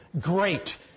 great